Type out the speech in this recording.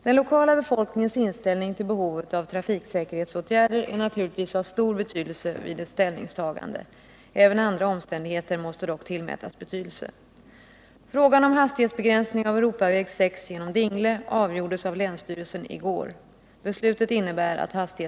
Den lokala befolkningens inställning till behovet av trafiksäkerhetsåtgärder är naturligtvis av stor betydelse vid ett ställningstagande. Även andra omständigheter måste dock tillmätas betydelse.